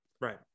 Right